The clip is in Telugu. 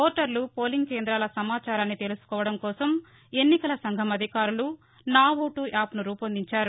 ఓటర్లు పోలింగ్ కేంద్రాల సమచారాన్ని తెలుసుకోవడం కోసం ఎన్నికల సంఘం అధికారులు నా ఓటు యాప్ను రూపొందించారు